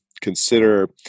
consider